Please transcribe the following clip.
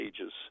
ages